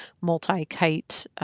multi-kite